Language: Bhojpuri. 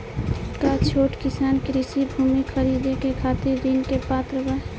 का छोट किसान कृषि भूमि खरीदे के खातिर ऋण के पात्र बा?